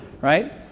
right